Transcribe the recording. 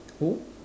who